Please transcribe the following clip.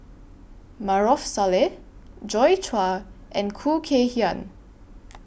Maarof Salleh Joi Chua and Khoo Kay Hian